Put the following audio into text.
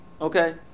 Okay